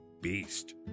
beast